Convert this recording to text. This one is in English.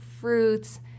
fruits